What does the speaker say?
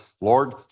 Lord